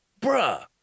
Bruh